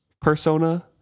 persona